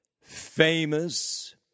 famous